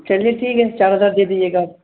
چلیے ٹھیک ہے چار ہزار دے دیجیے گا آپ